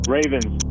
Ravens